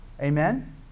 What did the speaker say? Amen